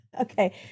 Okay